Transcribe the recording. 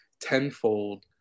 tenfold